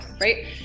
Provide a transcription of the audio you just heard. right